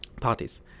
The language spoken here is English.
parties